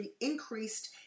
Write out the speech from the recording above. increased